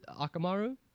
Akamaru